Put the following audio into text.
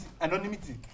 Anonymity